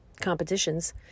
competitions